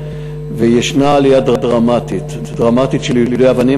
ויש עלייה דרמטית ביידויי אבנים,